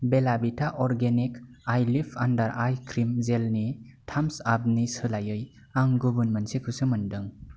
बेला Vita organic eye lift under eye cream gel नि थाम्स आप नि सोलायै आं गुबुन मोनसेखौसो मोनदों